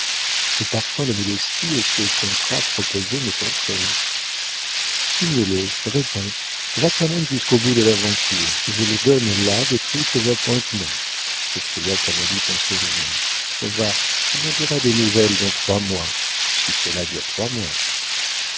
ce parfum de modestie et ce contrat proposé me tenteraient signe le réponds va toi-même jusqu'au bout de l'aventure je te donne là de tristes appointements s'écria canalis en souriant va tu m'en diras des nouvelles dans trois mois si cela dure trois mois